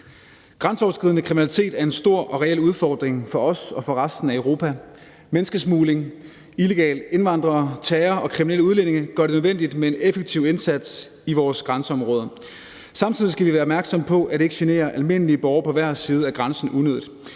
Grænseoverskridende kriminalitet er en stor og reel udfordring for os og for resten af Europa. Menneskesmugling, illegale indvandrere, terror og kriminelle udlændinge gør det nødvendigt med en effektiv indsats i vores grænseområder. Samtidig skal vi være opmærksomme på, at det ikke generer almindelige borgere på hver side af grænsen unødigt.